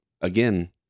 again